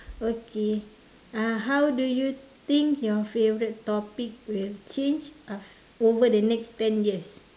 okay uh how do you think your favourite topic will change aft~ over the next ten years